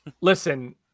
Listen